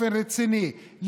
באופן רציני,